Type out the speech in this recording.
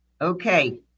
Okay